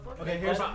Okay